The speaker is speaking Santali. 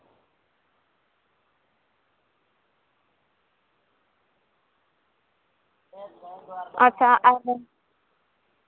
ᱟᱪᱪᱷᱟ ᱟᱪᱪᱷᱟ